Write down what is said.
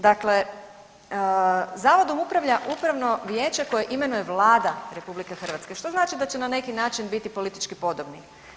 Dakle, zavodom upravlja upravno vijeće koje imenuje Vlada RH što znači da će na neki način biti politički podobni.